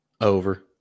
over